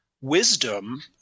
wisdom